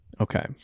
Okay